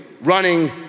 running